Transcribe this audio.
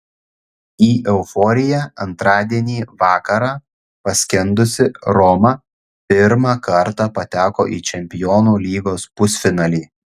į euforiją antradienį vakarą paskendusi roma pirmą kartą pateko į čempionų lygos pusfinalį